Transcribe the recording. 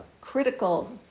critical